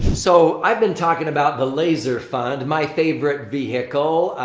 so, i've been talking about the laser fund, my favorite vehicle.